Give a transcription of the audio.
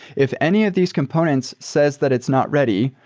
if any of these components says that it's not ready,